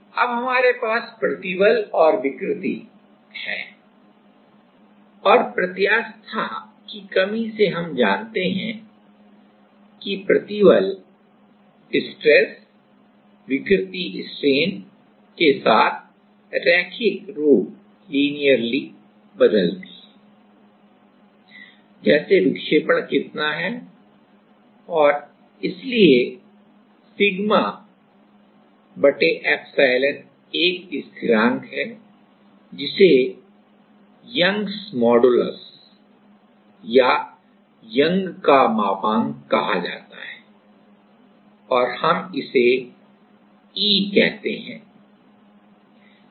तो अब हमारे पास प्रतिबल और विकृति है और प्रत्यास्थता की कमी से हम जानते हैं की कि प्रतिबल विकृति के साथ रैखिक रूप से बदलती है जैसे विक्षेपण कितना है और इसलिए σε एक स्थिरांक है जिसे यंग का मापांक Young's modulus कहा जाता है और हम इसे E कहते हैं